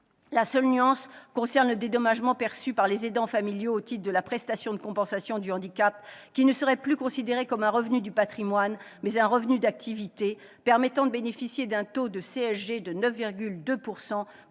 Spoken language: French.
La seule nuance concerne le dédommagement perçu par les aidants familiaux au titre de la prestation de compensation du handicap, la PCH, qui ne serait plus considérée comme un revenu du patrimoine, mais comme un revenu d'activité permettant ainsi de bénéficier d'un taux de CSG de 9,2 %, contre